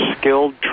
skilled